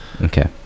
Okay